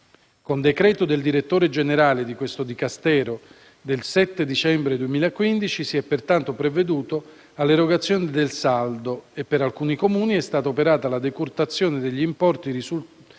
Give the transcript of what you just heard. Con decreto del direttore generale di questo Dicastero del 7 dicembre 2015 si è pertanto provveduto all'erogazione del saldo e, per alcuni Comuni, è stata operata la decurtazione degli importi risultati